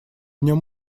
нем